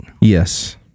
Yes